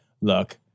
look